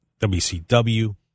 wcw